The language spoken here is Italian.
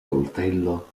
coltello